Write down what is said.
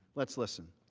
let's listen.